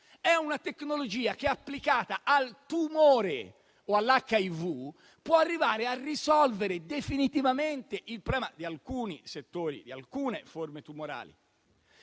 è una tecnologia che applicata al tumore o all'HIV può arrivare a risolvere definitivamente il problema di alcuni settori e di alcune forme tumorali.